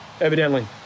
evidently